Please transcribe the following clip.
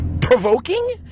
provoking